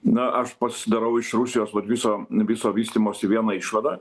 na aš pasidarau iš rusijos vat viso viso vystymosi vieną išvadą